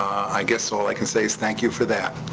i guess all i can say is thank you for that.